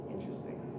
Interesting